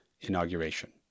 inauguration